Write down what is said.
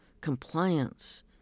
compliance